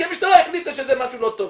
כי המשטרה החליטה שזה משהו לא טוב.